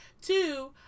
Two